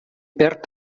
perd